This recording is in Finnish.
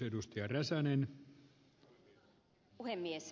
arvoisa herra puhemies